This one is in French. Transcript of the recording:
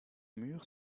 murs